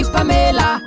Pamela